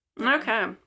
okay